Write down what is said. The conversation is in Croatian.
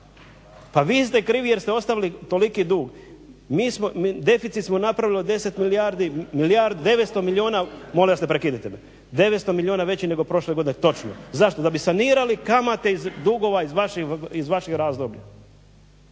Pa vi ste krivi jer ste ostavili toliki dug. Mi smo, deficit smo napravili od 10 milijardi, 900 milijuna, … /Upadica se ne razumije./… Molim vas ne prekidajte me. 900 milijuna veći nego prošle godine. Točno. Zašto? Da bi sanirali kamate dugova iz vašeg razdoblja.